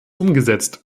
umgesetzt